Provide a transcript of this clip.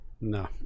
no